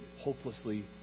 hopelessly